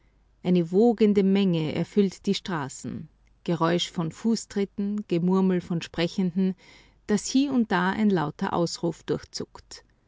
eine wogende menge erfüllt die straßen geräusch von fußtritten gemurmel von sprechenden das hie und da ein lauter ausruf durchzuckt